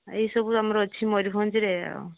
ଏହିସବୁ ଅଛି ଆମର ମୟୂରଭଞ୍ଜରେ ଆଉ